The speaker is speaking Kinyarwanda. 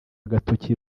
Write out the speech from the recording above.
agatoki